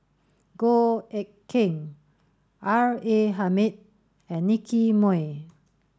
Goh Eck Kheng R A Hamid and Nicky Moey